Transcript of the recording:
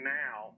now